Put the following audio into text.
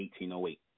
1808